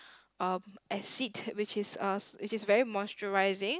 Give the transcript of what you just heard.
um acid which is a which is very moisturising